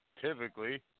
Typically